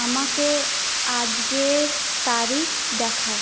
আমাকে আজকের তারিখ দেখাও